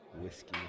whiskey